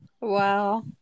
Wow